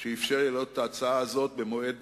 שאפשר לי להעלות את ההצעה הזאת במועד